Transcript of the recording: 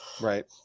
right